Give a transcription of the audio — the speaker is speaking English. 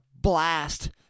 blast